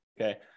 okay